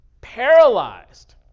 Paralyzed